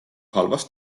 halvas